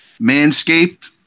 Manscaped